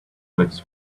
makes